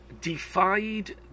defied